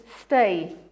stay